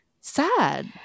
sad